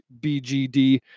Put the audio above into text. BGD